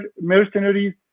mercenaries